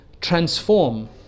transform